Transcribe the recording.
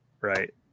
Right